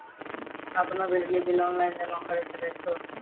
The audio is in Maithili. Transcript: आपनौ बिजली बिल ऑनलाइन जमा करै सकै छौ?